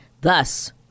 thus